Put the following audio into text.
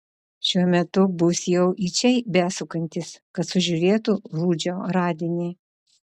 šiuo metu bus jau į čia besukantis kad sužiūrėtų rudžio radinį